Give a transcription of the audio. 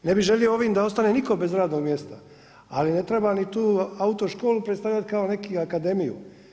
Ne bih želio ovim da ostane nitko bez radnog mjesta, ali ne treba ni tu autoškolu predstavljati kao neki akademiju.